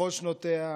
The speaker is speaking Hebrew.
בכל שנותיה,